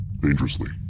dangerously